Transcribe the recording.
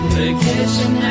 vacation